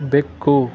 ಬೆಕ್ಕು